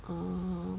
um